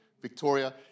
Victoria